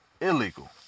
illegal